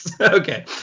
Okay